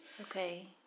Okay